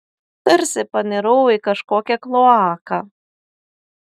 tarsi panirau į kažkokią kloaką